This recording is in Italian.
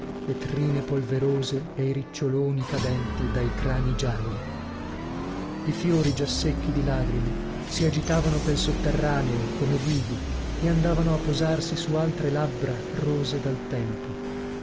le trine polverose e i riccioloni cadenti dai crani gialli i fiori già secchi di lagrime si agitavano pel sotterraneo come vivi e andavano a posarsi su altre labbra rose dal tempo